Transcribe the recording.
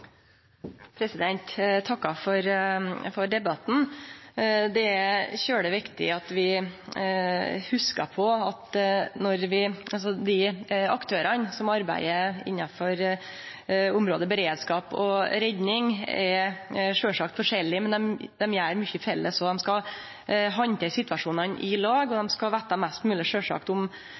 Eg takkar for debatten. Det er veldig viktig at vi hugsar på at dei aktørane som arbeider innanfor området beredskap og redning, sjølvsagt er forskjellige, men at dei gjer mykje felles òg. Dei skal handtere situasjonane i lag. Dei skal sjølvsagt vete mest mogleg om